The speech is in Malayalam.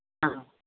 ആഹ്